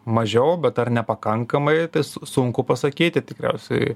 mažiau bet ar nepakankamai tai sun sunku pasakyti tikriausiai